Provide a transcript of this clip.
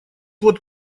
вот